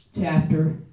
chapter